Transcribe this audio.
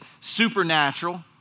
supernatural